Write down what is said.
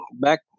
back